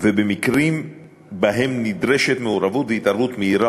ובמקרים שבהם נדרשת מעורבות והתערבות מהירה